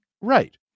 Right